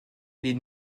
les